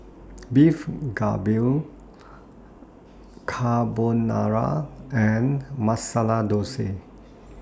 Beef Galbi Carbonara and Masala Dosa